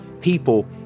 people